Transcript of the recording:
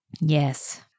yes